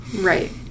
Right